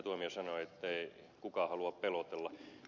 tuomioja sanoi ettei kukaan halua pelotella